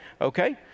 Okay